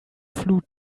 flut